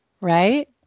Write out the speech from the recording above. Right